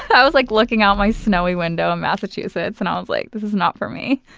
i was like looking out my snowy window in massachusetts, and i was like, this is not for me.